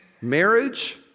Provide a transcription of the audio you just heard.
Marriage